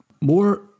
more